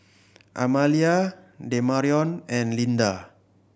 Amalia Demarion and Lynda